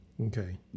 Okay